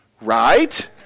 right